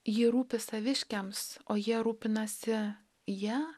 ji rūpi saviškiams o jie rūpinasi ja